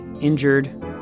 injured